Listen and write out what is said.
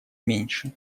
меньше